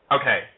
okay